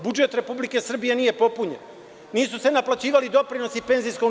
Budžet Republike Srbije nije popunjen, nisu se naplaćivali doprinosi PIO.